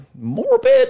morbid